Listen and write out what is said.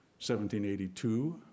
1782